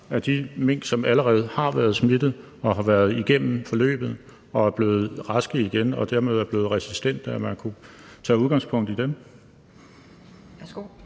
i de mink, som allerede har været smittet, har været igennem forløbet og er blevet raske igen og dermed resistente. Kl. 18:51 Anden næstformand